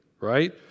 right